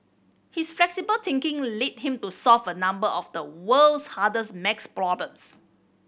his flexible thinking led him to solve a number of the world's hardest maths problems